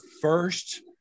first